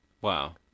Wow